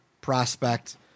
prospect